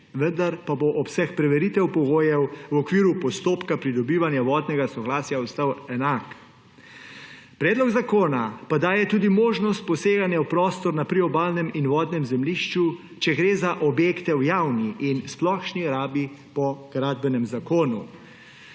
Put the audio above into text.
vendar pa bo obseg preveritev pogojev v okviru postopka pridobivanja vodnega soglasja ostal enak. Predlog zakona pa daje tudi možnost poseganja v prostor na priobalnem in vodnem zemljišču, če gre za objekte v javni in splošni rabi po Gradbenem zakonu.